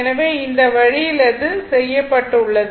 எனவே இந்த வழியில் இது செய்யப்பட்டுள்ளது